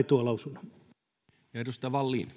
tuo lausunnon arvoisa